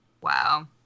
Wow